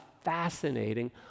fascinating